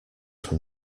from